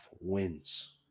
wins